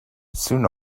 soon